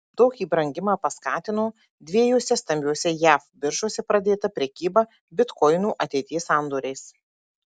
tokį brangimą paskatino dviejose stambiose jav biržose pradėta prekyba bitkoinų ateities sandoriais